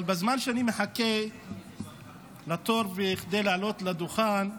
אבל בזמן שאני מחכה לתור בכדי לעלות לדוכן,